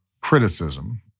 criticism